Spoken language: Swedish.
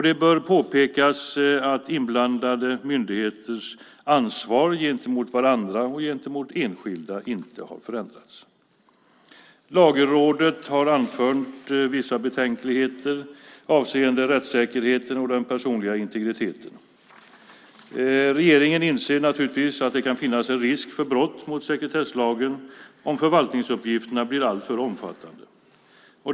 Det bör påpekas att inblandade myndigheters ansvar gentemot varandra och gentemot enskilda inte har förändrats. Lagrådet har anfört vissa betänkligheter avseende rättssäkerheten och den personliga integriteten. Regeringen inser naturligtvis att det kan finnas en risk för brott mot sekretesslagen om förvaltningsuppgifterna blir alltför omfattande.